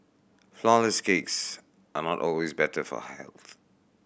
flourless cakes are not always better for health